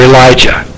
Elijah